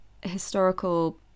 historical